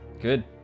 Good